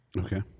Okay